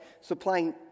supplying